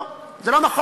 לא, זה לא נכון.